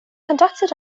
conducted